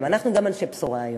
אנחנו גם אנשי בשורה היום.